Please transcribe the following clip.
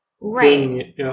Right